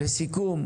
לסיכום,